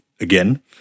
again